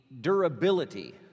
durability